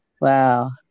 Wow